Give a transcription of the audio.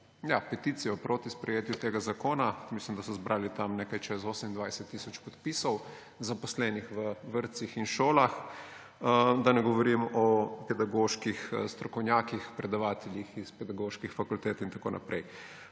neko peticijo proti sprejetju tega zakona. Mislim, da so zbrali nekaj čez 28 tisoč podpisov zaposlenih v vrtcih in šolah. Da ne govorim o pedagoških strokovnjakih, predavateljih s pedagoških fakultet in tako naprej.